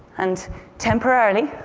and temporarily,